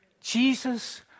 Jesus